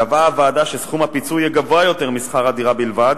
קבעה הוועדה שסכום הפיצוי יהיה גבוה יותר משכר הדירה בלבד,